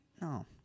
No